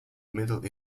middle